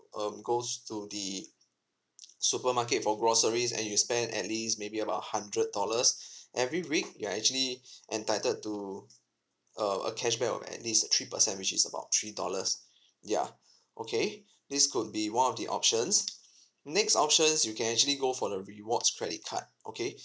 um goes to the supermarket for groceries and you spend at least maybe about hundred dollars every week you're actually entitled to uh a cashback of at least three percent which is about three dollars ya okay this could be one of the options next options you can actually go for the rewards credit card okay